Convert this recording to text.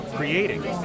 creating